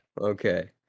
okay